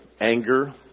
anger